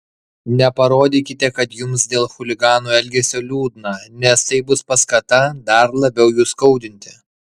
neparodykite kad jums dėl chuliganų elgesio liūdna nes tai bus paskata dar labiau jus skaudinti